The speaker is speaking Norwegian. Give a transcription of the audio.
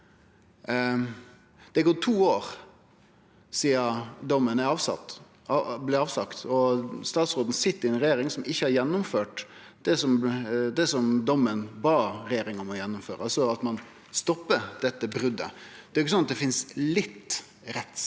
Det har gått to år sidan dommen blei avsagd. Statsråden sit i ei regjering som ikkje har gjennomført det som dommen bad regjeringa om å gjennomføre – altså stoppe dette brotet. Det er ikkje sånn at det finst litt rettsstat